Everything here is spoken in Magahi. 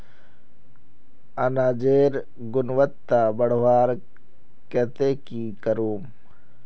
अनाजेर गुणवत्ता बढ़वार केते की करूम?